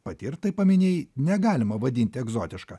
pati ir tai paminėjai negalima vadinti egzotiška